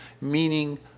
meaning